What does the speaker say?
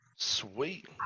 sweet